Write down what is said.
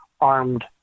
armed